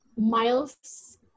Miles